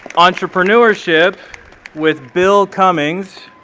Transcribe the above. entrepreneurship with bill cummings.